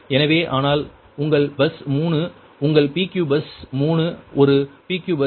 எனவே ஆனால் உங்கள் பஸ் 3 உங்கள் PQ பஸ் பஸ் 3 ஒரு PQ பஸ்